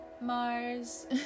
Mars